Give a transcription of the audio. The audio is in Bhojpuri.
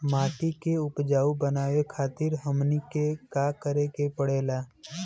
माटी के उपजाऊ बनावे खातिर हमनी के का करें के पढ़ेला?